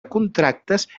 contractes